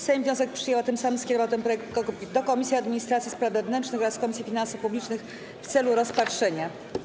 Sejm wniosek przyjął, a tym samym skierował ten projekt do Komisji Administracji i Spraw Wewnętrznych oraz Komisji Finansów Publicznych w celu rozpatrzenia.